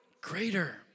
greater